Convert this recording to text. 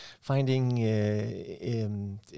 finding